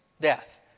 death